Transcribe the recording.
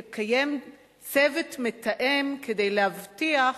יקיים צוות מתאם, כדי להבטיח